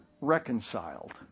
reconciled